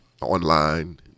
online